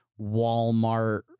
Walmart